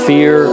Fear